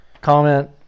comment